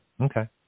Okay